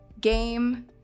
game